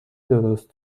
درست